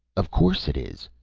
of course it is,